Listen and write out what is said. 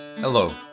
Hello